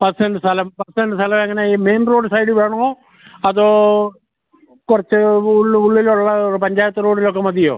പത്ത് സെൻറ് സ്ഥലം പത്ത് സെൻറ് സ്ഥലം എങ്ങനെ ഈ മെയിൻ റോഡ് സൈഡിൽ വേണോ അതോ കുറച്ച് ഉള്ള് ഉള്ളിലുള്ള പഞ്ചായത്ത് റോഡിലൊക്ക മതിയോ